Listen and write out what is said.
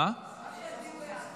רק שיצביעו בעד, זה הכול.